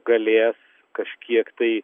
galės kažkiek tai